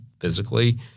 physically